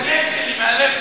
מהלב שלי, מהלב שלי.